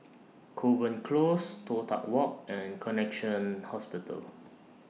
Kovan Close Toh Tuck Walk and Connexion Hospital